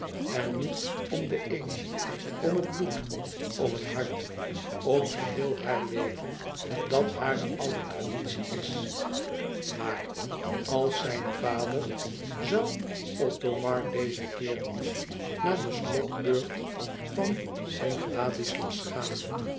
en niet om den eed om het bloed om het hart om geheel haar leven dat hare oude traditie is maar als zijn vader zoû othomar dezen keer niet naar den slotburcht van st ladislas gaan